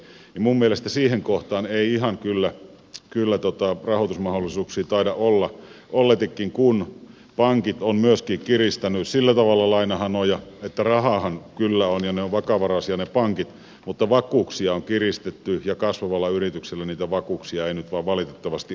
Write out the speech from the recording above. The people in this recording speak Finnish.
minun mielestäni siihen kohtaan ei kyllä rahoitusmahdollisuuksia taida oikein olla olletikin kun myöskin pankit ovat kiristäneet sillä tavalla lainahanoja että rahaahan kyllä on ja pankit ovat vakavaraisia mutta vakuuksia on kiristetty ja kasvavalle yritykselle niitä vakuuksia ei nyt vain valitettavasti voi antaa